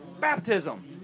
baptism